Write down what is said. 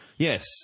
Yes